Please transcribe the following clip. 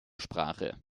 sprache